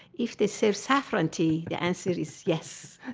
if they serve saffron tea, the answer is yes.